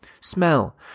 Smell